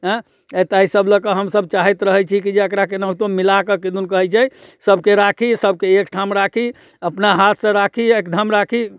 एँ ताहिसब लऽ कऽ हमसब चाहैत रहै छी की जे एकरा केनाहितो मिलाकऽ किदुन कहै छै सबके राखी सबके एकठाम राखी अपना हाथसँ राखी एकदम राखी